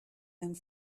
and